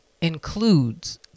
includes